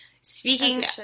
Speaking